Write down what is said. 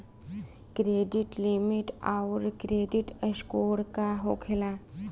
Credit limit आउर credit score का होखेला?